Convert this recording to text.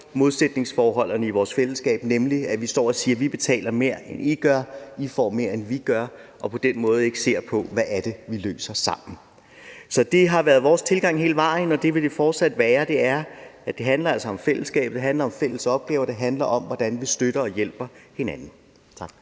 modsætningsforholdene i vores fællesskab, nemlig når vi står og siger, at vi betaler mere, end de gør, og at de får mere, end vi gør, så vi på den måde ikke ser på, hvad det er, vi løser sammen. Så det har været vores tilgang hele vejen, og det vil det fortsat være. Det handler altså om fællesskabet, det handler om fælles opgaver, og det handler om, hvordan vi støtter og hjælper hinanden. Tak.